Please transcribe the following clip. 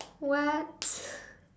what